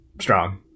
strong